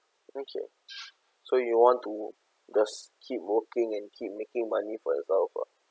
okay so you want to just keep working and keep making money for yourself ah